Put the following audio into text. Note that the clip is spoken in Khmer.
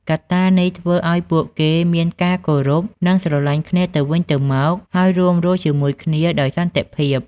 កត្តានេះធ្វើឲ្យពួកគេមានការគោរព និងស្រឡាញ់គ្នាទៅវិញទៅមក ហើយរួមរស់ជាមួយគ្នាដោយសន្តិភាព។